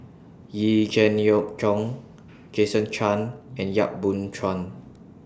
Yee Jenn Jong Jason Chan and Yap Boon Chuan